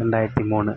ரெண்டாயிரத்தி மூணு